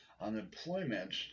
Unemployment